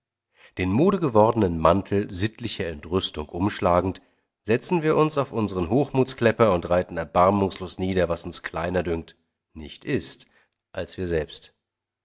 den modegewordenen mantel sittlicher entrüstung umschlagend setzen wir uns auf unseren hochmutsklepper und reiten erbarmungslos nieder was uns kleiner dünkt nicht ist als wir selbst